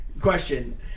Question